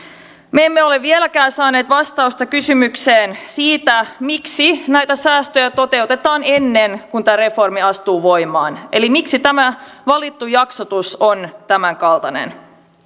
me emme ole vieläkään saaneet vastausta kysymykseen siitä miksi näitä säästöjä toteutetaan ennen kuin tämä reformi astuu voimaan eli miksi tämä valittu jaksotus on tämänkaltainen